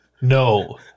no